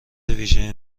ویژه